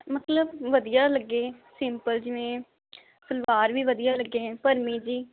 ਮਤਲਬ ਵਧੀਆ ਲੱਗੇ ਸਿੰਪਲ ਜਿਵੇਂ ਸਲਵਾਰ ਵੀ ਵਧੀਆ ਲੱਗੇ ਭਰਮੀ ਜੀ